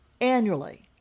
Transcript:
annually